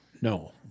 No